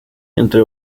entre